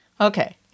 Okay